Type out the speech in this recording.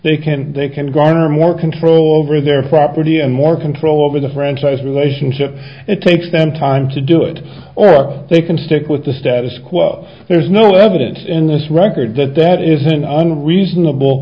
they can they can garner more control over their property and more control over the franchise relationship it takes them time to do it or they can stick with the status quo there's no evidence in this record that that is an unreasonable